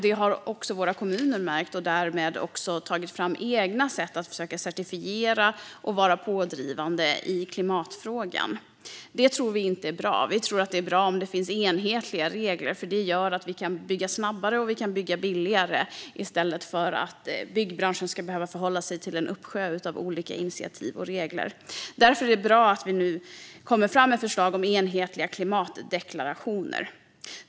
Det har också våra kommuner märkt och därmed också tagit fram egna sätt att försöka certifiera och vara pådrivande i klimatfrågan. Det tror vi inte är bra. Vi tror att det är bra om det finns enhetliga regler, för det gör att vi kan bygga snabbare och billigare i stället för att byggbranschen ska behöva förhålla sig till en uppsjö av olika initiativ och regler. Därför är det bra att vi nu kommer fram med förslag om enhetliga klimatdeklarationer.